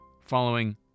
following